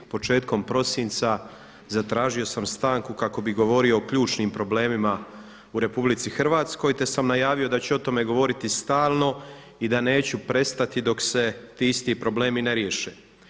Početkom prosinca zatražio sam stanku kako bih govorio o ključnim problemima u Republici Hrvatskoj, te sam najavio da ću o tome govoriti stalno i da neću prestati dok se ti isti problemi ne riješe.